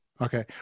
Okay